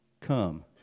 come